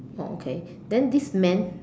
oh okay then this man